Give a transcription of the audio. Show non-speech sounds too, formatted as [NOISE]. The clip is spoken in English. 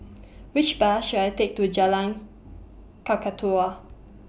[NOISE] Which Bus should I Take to Jalan Kakatua